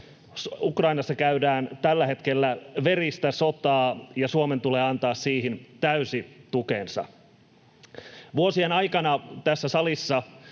Ukrainassa käydään tällä hetkellä veristä sotaa, ja Suomen tulee antaa siihen täysi tukensa. Vuosien aikana tässä salissa